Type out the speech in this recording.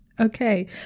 okay